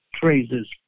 phrases